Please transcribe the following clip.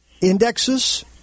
indexes